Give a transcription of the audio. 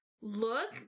look